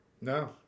No